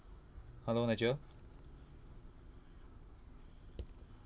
hello nigel